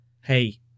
hey